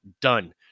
done